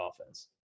offense